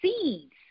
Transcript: seeds